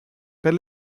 per